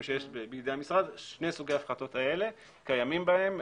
שיש בידי המשרד שני סוגי ההפחתות האלה קיימים בהם,